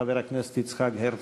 חבר הכנסת יצחק הרצוג.